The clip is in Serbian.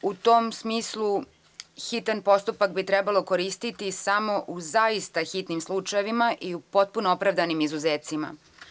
U tom smislu, hitan postupak bi trebalo koristiti samo u zaista hitnim slučajevima i u potpuno opravdanim izuzecima.